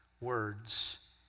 Words